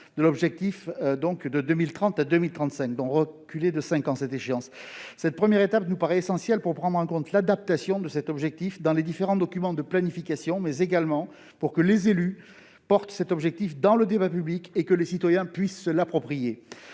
celle-ci, c'est-à-dire de reculer l'échéance de cinq ans. Cette première étape nous paraît essentielle pour prendre en compte l'adaptation de cet objectif dans les différents documents de planification, mais également pour que les élus portent cet objectif dans le débat public et que les citoyens puissent se l'approprier.